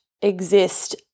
exist